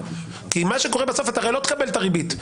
כי הרי בסוף אתה לא תקבל את הריבית.